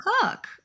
Cook